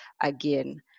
again